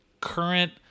current